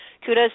kudos